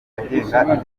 agenga